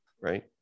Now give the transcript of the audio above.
right